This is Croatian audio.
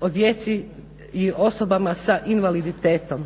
o djeci i osobama sa invaliditetom.